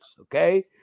Okay